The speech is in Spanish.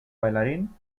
bailarín